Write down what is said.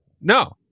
No